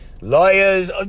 lawyers